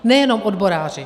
Nejenom odboráři.